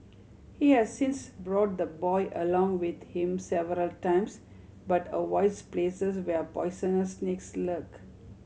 he has since brought the boy along with him several times but avoids places where poisonous snakes lurk